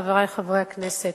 חברי חברי הכנסת,